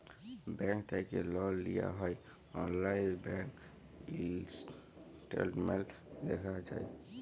bank থ্যাকে লল লিয়া হ্যয় অললাইল ব্যাংক ইসট্যাটমেল্ট দ্যাখা যায়